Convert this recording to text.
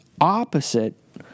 opposite